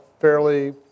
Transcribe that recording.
fairly